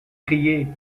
crier